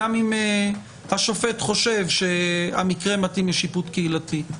גם אם השופט חושב שהמקרה מתאים לשיפוט קהילתי.